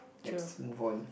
let's move on